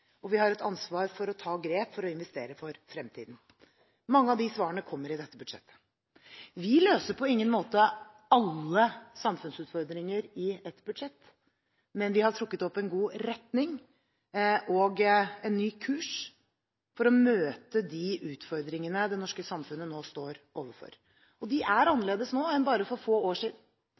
og å ta grep for å investere for fremtiden. Mange av disse svarene kommer i dette budsjettet. Vi løser på ingen måte alle samfunnsutfordringer i ett budsjett, men vi har trukket opp en god retning og en ny kurs for å møte de utfordringene det norske samfunnet nå står overfor. De er annerledes nå enn for bare få år siden.